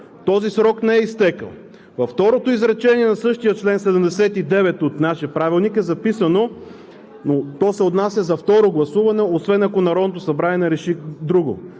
Този срок не е изтекъл. Във второто изречение на същия чл. 79 от нашия Правилник е записано, но то се отнася за второ гласуване: „освен ако Народното събрание не реши друго“.